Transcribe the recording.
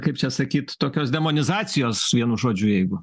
kaip čia sakyt tokios demonizacijos vienu žodžiu jeigu